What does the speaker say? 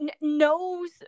knows